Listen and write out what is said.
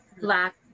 black